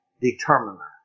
determiner